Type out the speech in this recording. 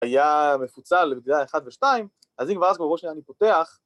‫היה מפוצל לבדידה 1 ו-2, ‫אז אם כבר אז כבר בואו שניה אני פותח.